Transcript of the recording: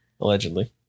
Allegedly